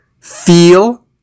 feel